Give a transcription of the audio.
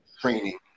training